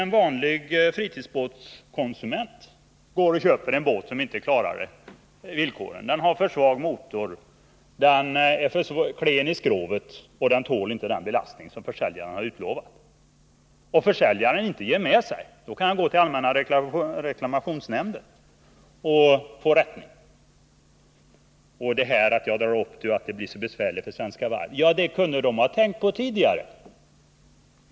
som vanlig fritidsbåtskonsument går och köper en båt som inte klarar villkoren — den har för svag motor, den är för klen i skrovet eller den tål inte den belastning som försäljaren har utlovat — och försäljaren inte ger med sig efter mina klagomål, då kan jag gå till allmänna reklamationsnämnden och få rättelse. Det sades att den fråga jag tog upp skulle bli så besvärlig för Svenska Varv. Men det kunde de ha tänkt på tidigare!